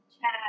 chat